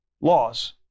laws